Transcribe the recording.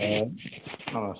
नमस्ते